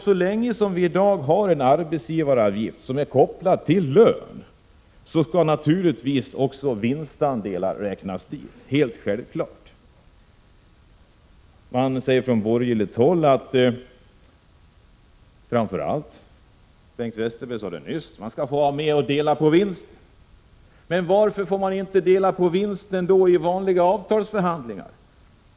Så länge vi har en arbetsgivaravgift som är kopplad till lönen, skall naturligtvis också vinstandelar räknas dit. Det är helt självklart. Man säger från borgerligt håll, framför allt Bengt Westerberg betonade det nyss, att de anställda skall få vara med och dela på vinsten. Men varför får man inte dela på vinsten vid vanliga avtalsförhandlingar?